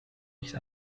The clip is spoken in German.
nicht